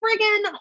friggin